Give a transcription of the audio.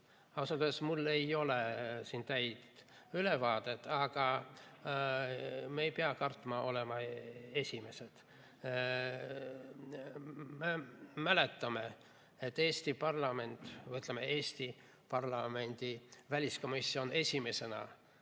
öeldes mul ei ole siin täit ülevaadet. Aga me ei pea kartma olla esimesed. Me mäletame, et Eesti parlament või, ütleme, Eesti parlamendi väliskomisjon esimesena